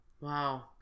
Wow